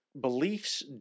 beliefs